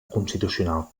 constitucional